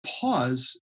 pause